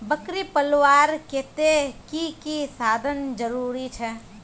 बकरी पलवार केते की की साधन जरूरी छे?